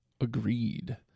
agreed